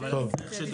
טוב.